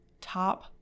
top